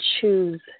choose